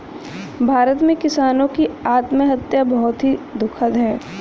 भारत में किसानों की आत्महत्या बहुत ही दुखद है